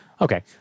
Okay